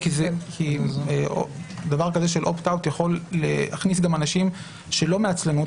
כי דבר כזה של Opt-out יכול להכניס גם אנשים שלא מעצלנות,